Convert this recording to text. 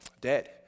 dead